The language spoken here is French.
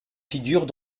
figures